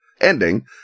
ending